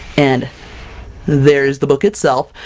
and there's the book itself!